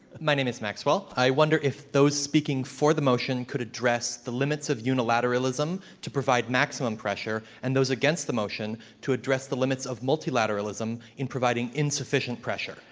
my name is maxwell. i wonder if those speaking for the motion could address the limits of unilateralism to provide maximum pressure, and those against the motion to address the limits of multilateralism in providing insufficient pressure.